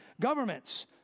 Governments